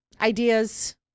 ideas